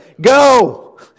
Go